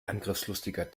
angriffslustiger